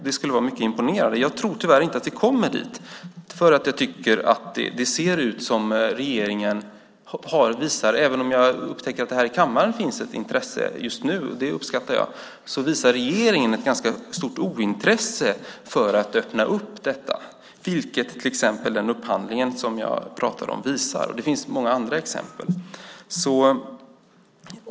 Det skulle vara mycket imponerande. Jag tror tyvärr inte att vi kommer dit, därför att jag tycker att det ser ut som om regeringen - även om jag upptäcker att det här i kammaren finns ett intresse just nu, och det uppskattar jag - visar ett ganska stort ointresse för att öppna upp för detta, vilket till exempel den upphandling som jag pratade om visar. Det finns många andra exempel.